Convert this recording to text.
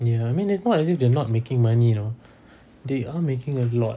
ya I mean it's not as if they are not making money you know they are making a lot